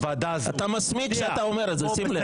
אתה מסמיק כשאתה אומר את זה, שים לב.